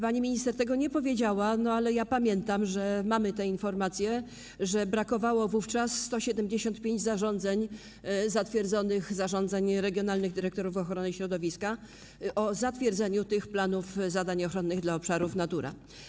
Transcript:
Pani minister tego nie powiedziała, ale ja pamiętam, mamy informacje, że brakowało wówczas 175 zatwierdzonych zarządzeń regionalnych dyrektorów ochrony środowiska o zatwierdzeniu tych planów zadań ochronnych dla obszarów Natury.